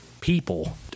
people